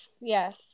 Yes